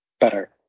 Better